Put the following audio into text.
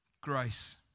Grace